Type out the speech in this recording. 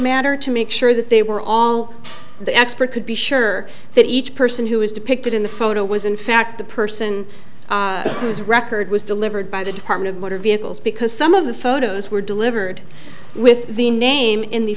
matter to make sure that they were all the expert could be sure that each person who was depicted in the photo was in fact the person whose record was delivered by the department of motor vehicles because some of the photos were delivered with the name in the